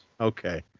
Okay